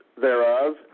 thereof